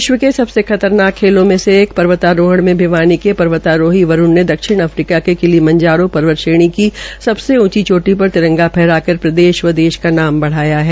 विश्व के सबसे खतरनाक खेलों में से एक पर्वतारोहण में भिवानी के पर्वतारोही वरूण ने दक्षिण अफ्रीका के किलीमंजारों पर्वत श्रेणी की सबसे ऊंची चोटी पर तिरंगा फहरा कर प्रदेश व देश का मान बढ़ाया है